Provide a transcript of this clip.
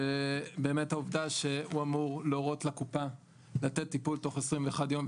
ועל העובדה שהוא אמור להורות לקופה לתת טיפול תוך 21 יום,